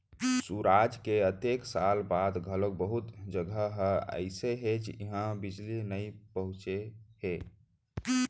सुराज के अतेक साल बाद घलोक बहुत जघा ह अइसे हे जिहां बिजली नइ पहुंचे हे